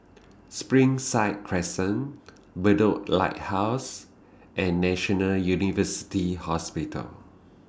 Springside Crescent Bedok Lighthouse and National University Hospital